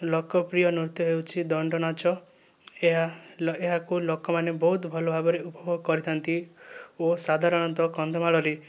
ଲୋକ ପ୍ରିୟ ନୃତ୍ୟ ହେଉଛି ଦଣ୍ଡନାଚ ଏହା ଏହାକୁ ଲୋକମାନେ ବହୁତ ଭଲ ଭାବରେ ଉପଭୋଗ କରିଥାନ୍ତି ଓ ସାଧାରଣତଃ କନ୍ଧମାଳରେ